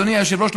אדוני היושב-ראש,